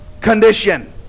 condition